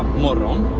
worked on